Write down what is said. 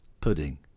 pudding